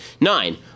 Nine